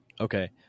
Okay